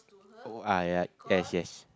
oh ah ya yes yes